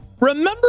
Remember